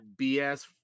bs